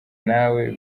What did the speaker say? nawe